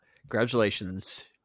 congratulations